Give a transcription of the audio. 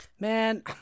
Man